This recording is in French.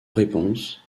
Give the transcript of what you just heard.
réponse